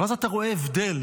ואז אתה רואה הבדל.